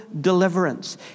deliverance